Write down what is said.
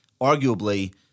arguably